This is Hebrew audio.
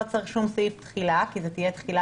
לא צריך כל סעיף תחילה כי זו תהיה תחילה